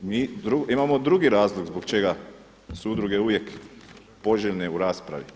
Mi imamo drugi razlog zbog čega su udruge uvijek poželjne u raspravi.